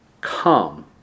come